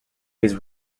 his